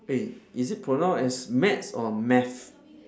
hey is it pronounce as maths or math